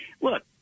Look